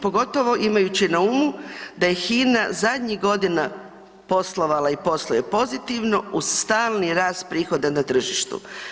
Pogotovo imajući na umu da je Hina zadnjih godina poslovala i posluje pozitivno uz stalni rast prihoda na tržištu.